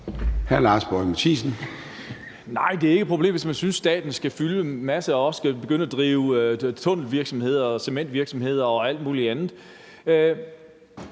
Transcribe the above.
Nej, det er ikke et problem, hvis man synes, at staten skal fylde en masse og skal begynde at drive tunnelvirksomheder og cementvirksomheder og alt muligt andet.